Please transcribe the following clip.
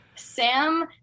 Sam